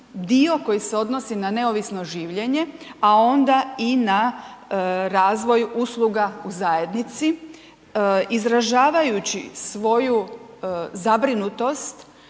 dio koji se odnosi na neovisno življenje a onda i na razvoj usluga u zajednici izražavajući svoju zabrinutost